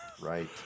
Right